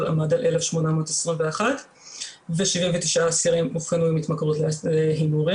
עמד על 1,821 ו-79 אסירים אובחנו עם התמכרות להימורים,